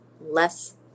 less